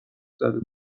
زده